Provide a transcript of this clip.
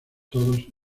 todos